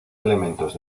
elementos